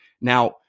Now